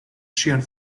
ŝian